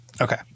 Okay